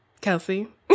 Kelsey